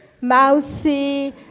mousy